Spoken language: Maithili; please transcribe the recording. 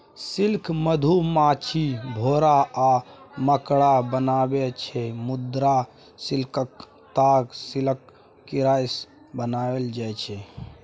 सिल्क मधुमाछी, भौरा आ मकड़ा बनाबै छै मुदा सिल्कक ताग सिल्क कीरासँ बनाएल जाइ छै